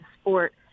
sport